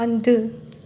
हंधु